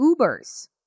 Ubers